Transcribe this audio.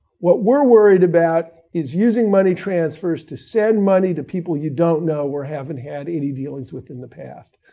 what we're worried about, is using money transfers to send money to people you don't know or haven't had any dealings with in the past.